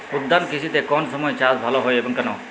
উদ্যান কৃষিতে কোন সময় চাষ ভালো হয় এবং কেনো?